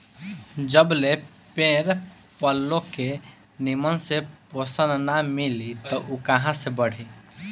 जबले पेड़ पलो के निमन से पोषण ना मिली उ कहां से बढ़ी